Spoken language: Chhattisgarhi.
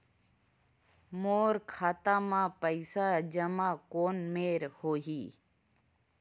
मोर खाता मा पईसा जमा कोन मेर होही?